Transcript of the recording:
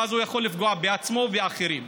ואז הוא יכול לפגוע בעצמו ובאחרים.